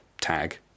tag